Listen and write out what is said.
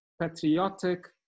patriotic